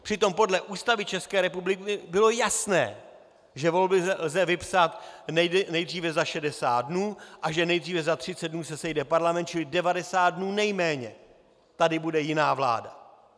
Přitom podle Ústavy České republiky bylo jasné, že volby lze vypsat nejdříve za 60 dnů a že nejdříve za 30 dnů se sejde parlament, čili 90 dnů nejméně tady bude jiná vláda.